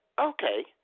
okay